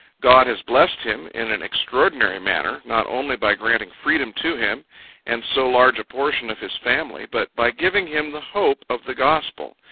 god has blessed him in an extraordinary manner, not only by granting freedom to him and so large a portion of his family, but by giving him the hope of the gospel,